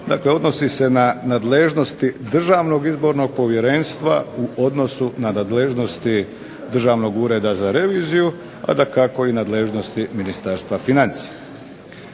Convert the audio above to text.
dakle, odnosi se na nadležnosti Državnog izbornog povjerenstva u odnosu na nadležnosti Državnog ureda za reviziju, a dakako i nadležnosti Ministarstva financija.